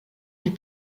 des